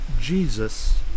Jesus